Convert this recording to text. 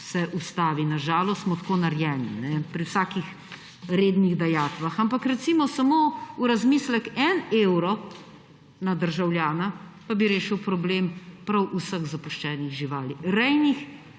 ustavi. Na žalost smo tako narejeni pri vsakih rednih dajatvah. Ampak recimo samo v razmislek, en evro na državljana pa bi rešili problem prav vseh zapuščenih živali, rejnih